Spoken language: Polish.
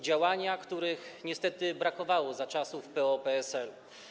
Działania, których niestety brakowało za czasów PO-PSL.